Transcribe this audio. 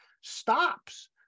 stops